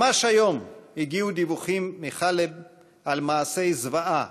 ממש היום הגיעו דיווחים מחאלב על מעשי זוועה,